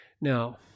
Now